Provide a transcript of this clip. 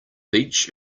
beach